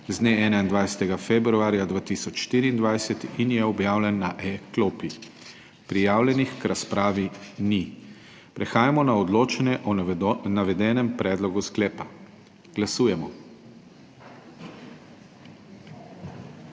z dne 21. februarja 2024 in je objavljen na e-klopi. Prijavljenih k razpravi ni. Prehajamo na odločanje o navedenem predlogu sklepa. Glasujemo.